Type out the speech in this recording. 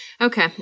Okay